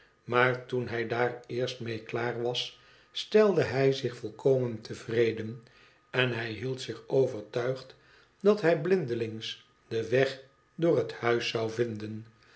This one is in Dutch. maar toen hij daar eerst mee klaar was stelde hij zich volkomen tevreden en hij hield zich overtuigd dat hij blindelings den weg door het huis zou vinden